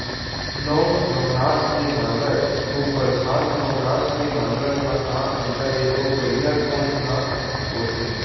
नौ नवनास के नांगर अऊ बरसात नवनास के नांगर मा का अन्तर हे अऊ बढ़िया कोन हर होथे?